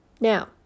Now